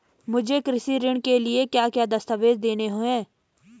मुझे कृषि ऋण के लिए क्या क्या दस्तावेज़ देने हैं?